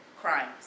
crimes